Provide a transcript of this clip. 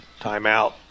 Timeout